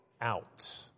Out